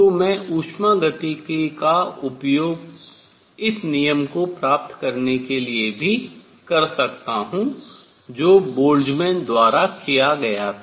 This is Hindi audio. तो मैं उष्मागतिकी का उपयोग इस नियम को प्राप्त करने के लिए भी कर सकता हूँ जो बोल्ट्जमैन द्वारा किया गया था